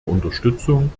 unterstützung